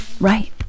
Right